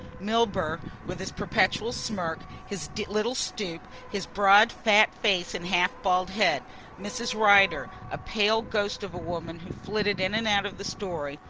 milburgh, with his perpetual smirk, his little stoop, his broad, fat face and half-bald head mrs. rider, a pale ghost of a woman who flitted in and out of the story,